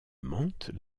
mantes